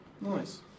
Nice